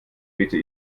bitte